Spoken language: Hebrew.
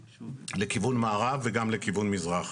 לכיוון מערב וגם לכיוון מערב וגם לכיוון מזרח.